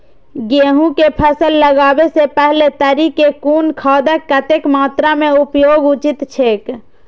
गेहूं के फसल लगाबे से पेहले तरी में कुन खादक कतेक मात्रा में उपयोग उचित छेक?